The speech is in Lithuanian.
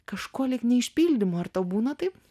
kažko lyg neišpildymo ar tau būna taip